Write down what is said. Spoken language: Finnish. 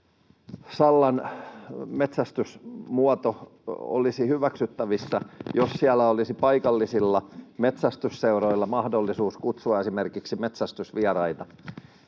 Sallan metsästysmuoto olisi hyväksyttävissä, jos siellä olisi paikallisilla metsästysseuroilla mahdollisuus kutsua esimerkiksi metsästysvieraita.